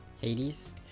Hades